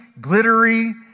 glittery